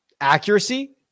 accuracy